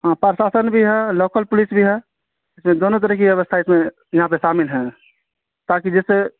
ہاں پرساشن بھی ہے لوکل پولیس بھی ہے اس میں دونوں طرح کی ویوستھا اس میں یہاں پہ شامل ہیں تاکہ جیسے